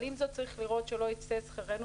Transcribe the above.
אבל עם זאת צריך לראות שלא ייצא שכרנו